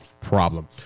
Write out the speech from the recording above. problem